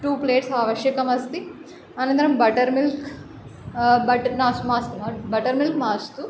two plates अवश्यकमस्ति अनन्तरं buttermilk butter नाश् मास्तु बटर् मिल्क् मास्तु